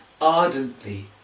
ardently